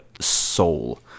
Soul